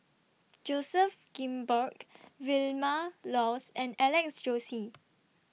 Joseph Grimberg Vilma Laus and Alex Josey